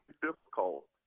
difficult